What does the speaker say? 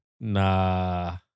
Nah